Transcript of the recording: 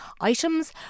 Items